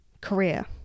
career